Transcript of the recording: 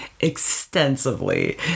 extensively